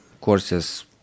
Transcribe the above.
courses